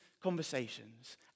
conversations